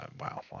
wow